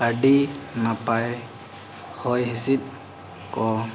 ᱟᱹᱰᱤ ᱱᱟᱯᱟᱭ ᱦᱚᱭᱦᱤᱸᱥᱤᱫᱽ ᱠᱚ